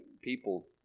people